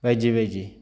बायदि बायदि